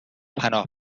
پناه